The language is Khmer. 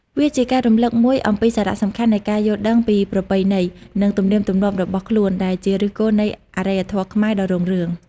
វាជាការរំលឹកមួយអំពីសារៈសំខាន់នៃការយល់ដឹងពីប្រពៃណី និងទំនៀមទម្លាប់របស់ខ្លួន ដែលជាឫសគល់នៃអរិយធម៌ខ្មែរដ៏រុងរឿង។